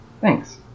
Thanks